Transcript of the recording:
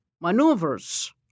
maneuvers